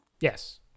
Yes